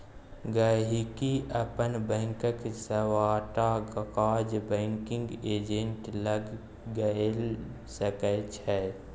गांहिकी अपन बैंकक सबटा काज बैंकिग एजेंट लग कए सकै छै